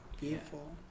beautiful